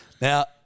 Now